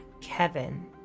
Kevin